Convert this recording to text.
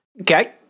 Okay